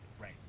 Right